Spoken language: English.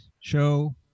show